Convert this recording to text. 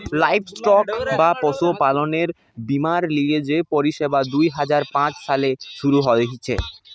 livestock বা পশুপালনের বীমার লিগে যে পরিষেবা দুই হাজার পাঁচ সালে শুরু হিছে